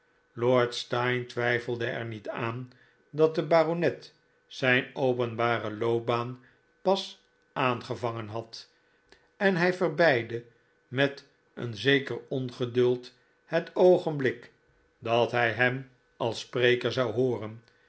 lord steyne twijfelde er niet aan dat de baronet zijn openbare loopbaan pas aangevangen had en hij verbcidde met een zeker ongeduld het oogenblik dat hij hem als spreker zou hooren